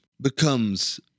becomes